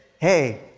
Hey